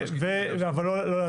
אבל לא להצביע.